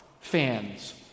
fans